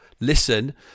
Listen